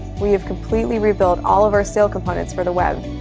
we have completely rebuilt all of our sail components for the web.